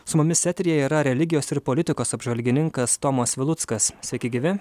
su mumis eteryje yra religijos ir politikos apžvalgininkas tomas viluckas sakyk gyvi